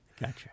Gotcha